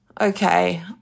okay